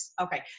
okay